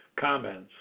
comments